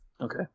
Okay